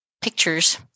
pictures